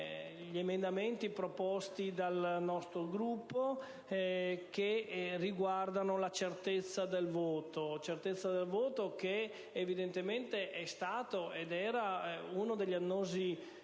degli emendamenti proposti dal nostro Gruppo che riguardano la certezza del voto, evidentemente uno degli annosi